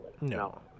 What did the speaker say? No